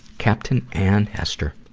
captain ann hester.